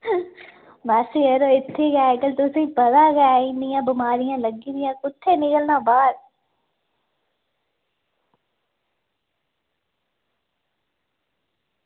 बस यरो इत्थें गै तुसेंगी पता गै इन्नियां बमारियां लग्गी दियां कुत्थें निकलना बाह्र